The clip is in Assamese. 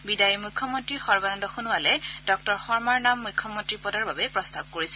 বিদায়ী মুখ্যমন্ত্ৰী সৰ্বানন্দ সোণোৱালে ডঃ শৰ্মাৰ নাম মুখ্যমন্ত্ৰী পদৰ বাবে প্ৰস্তাৱ কৰিছিল